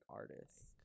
artists